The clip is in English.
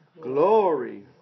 glory